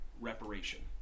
reparation